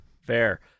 fair